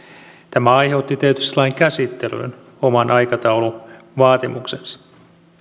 tämä aiheutti tietysti lain käsittelyyn oman aikatauluvaatimuksensa